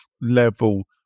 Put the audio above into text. level